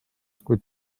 kuid